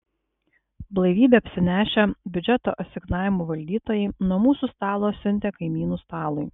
blaivybe apsinešę biudžeto asignavimų valdytojai nuo mūsų stalo siuntė kaimynų stalui